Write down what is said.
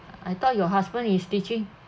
I thought your husband is teaching